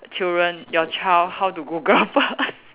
children your child how to Google first